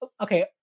Okay